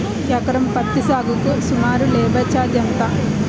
ఎకరం పత్తి సాగుకు సుమారు లేబర్ ఛార్జ్ ఎంత?